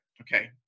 okay